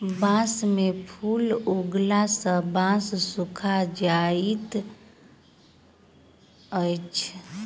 बांस में फूल उगला सॅ बांस सूखा जाइत अछि